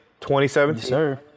2017